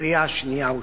לקריאה השנייה והשלישית.